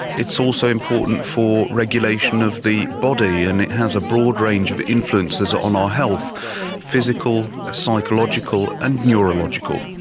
it is so also important for regulation of the body and it has a broad range of influences on our health physical, psychological and neurological.